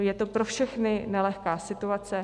Je to pro všechny nelehká situace.